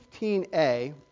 15a